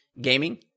gaming